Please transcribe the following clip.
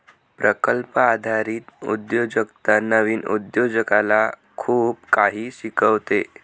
प्रकल्प आधारित उद्योजकता नवीन उद्योजकाला खूप काही शिकवते